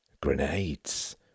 Grenades